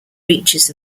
reaches